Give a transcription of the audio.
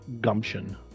gumption